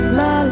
la